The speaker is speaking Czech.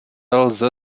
lze